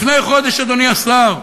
לפני חודש, אדוני השר,